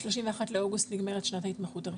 ב-31 לאוגוסט נגמרת שנת ההתמחות הראשונה.